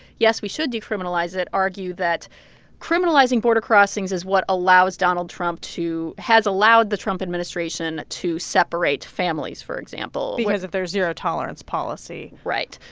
yes, we should decriminalize it argue that criminalizing border crossings is what allows donald trump to has allowed the trump administration to separate families, for example because of their zero-tolerance policy right.